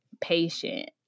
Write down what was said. patient